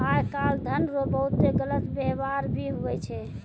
आय काल धन रो बहुते गलत वेवहार भी हुवै छै